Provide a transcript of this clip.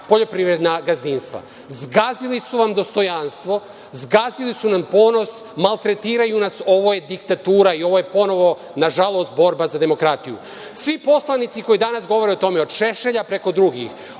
poljoprivredna gazdinstva. Zgazili su vam dostojanstvo, zgazili su nam ponos, maltretiraju nas. Ovo je diktatura i ovo je ponovo nažalost borba za demokratiju. Svi poslenici koji danas govore o tome, od Šešelja preko drugih,